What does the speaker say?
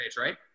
right